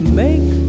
make